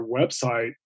website